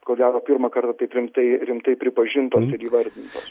ko gero pirmą kartą taip rimtai rimtai pripažintom ir įvardintos